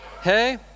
Hey